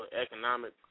economic